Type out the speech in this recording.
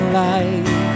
light